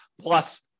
plus